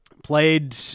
played